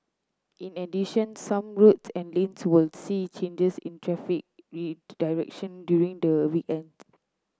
in addition some roads and lanes will see changes in traffic direction during the weekend